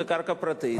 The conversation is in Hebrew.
זה קרקע פרטית,